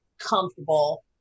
comfortable